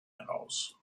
heraus